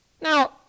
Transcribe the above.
Now